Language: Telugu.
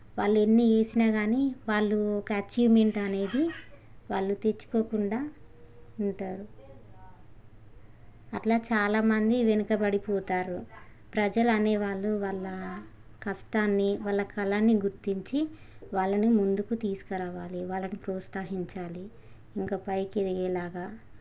వాళ్ళు ఎన్ని చేసినా కానీ వాళ్ళు ఒక అచీవ్మెంట్ అనేది వాళ్ళు తెచ్చుకోకుండా ఉంటారు అట్లా చాలామంది వెనుకబడిపోతారు ప్రజలు అనేవాళ్ళు వల్ల కష్టాన్ని వాళ్ళ కళని గుర్తించి వాళ్ళను ముందుకు తీసుకురావాలి వాళ్ళని ప్రోత్సహించాలి ఇంకా పైకి ఎదిగేలాగా